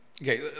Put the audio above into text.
Okay